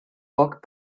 book